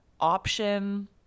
option